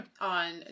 on